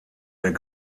der